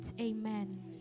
amen